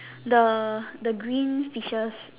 the the green fishes